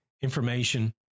information